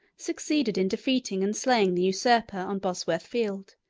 succeeded in defeating and slaying the usurper on bosworth field,